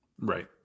Right